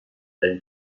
ترین